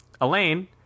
Elaine